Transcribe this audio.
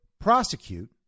prosecute